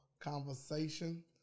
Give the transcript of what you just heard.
conversation